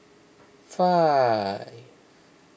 five